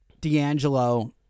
D'Angelo